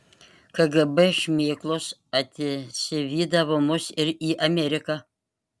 kgb šmėklos atsivydavo mus ir į ameriką